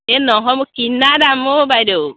এই নহয় মোৰ কিনা দাম অ' বাইদেউ